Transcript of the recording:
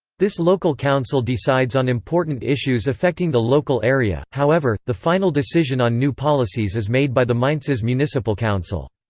this local council decides on important issues affecting the local area, however, the final decision on new policies is made by the mainz's municipal council.